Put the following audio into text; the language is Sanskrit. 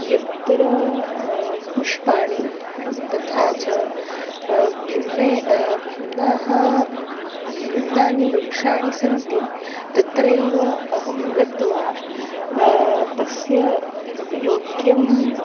यत्र पुष्पाणि तथा च भिन्नाः भिन्नाः भिन्नाः वृक्षाः सन्ति तत्रैव अहं गत्वा तस्य योग्यः